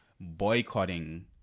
boycotting